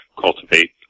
cultivate